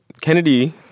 Kennedy